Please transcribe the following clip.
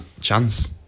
chance